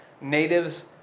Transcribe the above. Natives